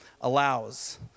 allows